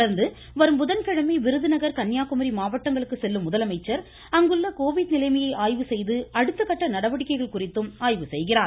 தொடர்ந்து வரும் புதன் மாவட்டங்களுக்கு செல்லும் முதலமைச்சர் அங்குள்ள கோவிட் நிலைமையை ஆய்வு செய்து அடுத்தகட்ட நடவடிக்கைகள் குறித்தும் ஆய்வு செய்கிறார்